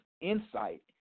insight